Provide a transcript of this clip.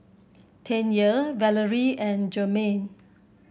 Tanya Valery and Jermain